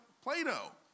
Plato